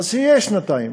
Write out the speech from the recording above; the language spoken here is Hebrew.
אז שיהיה לשנתיים,